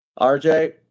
rj